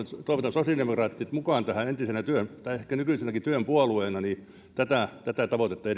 sosiaalidemokraatit mukaan tähän entisenä tai ehkä nykyisenäkin työn puolueena tätä tätä tavoitetta